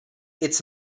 its